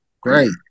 Great